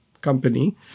company